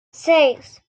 seis